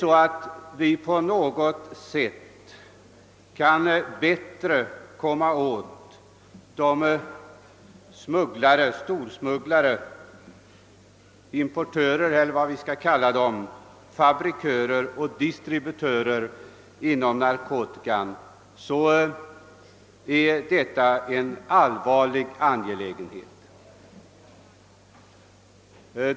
Om vi på något sätt kan skapa möjligheter att bättre komma åt storsmugglare — importörer eller vad vi skall kalla dem — fabrikörer och distributörer inom narkotikahandeln är detta en allvarlig angelägenhet.